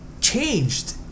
changed